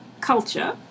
culture